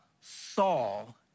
Saul